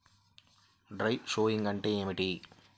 Dry sowing అంటే ఏమిటి?